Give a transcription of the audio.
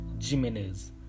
Jimenez